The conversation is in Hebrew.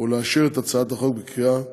ולאשר את הצעת החוק בקריאה